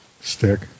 Stick